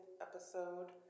episode